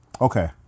Okay